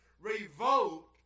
revolt